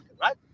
right